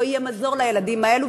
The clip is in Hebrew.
לא יהיה מזור לילדים האלה,